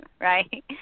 right